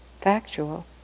factual